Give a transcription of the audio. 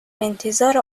انتظار